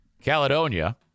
Caledonia